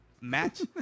match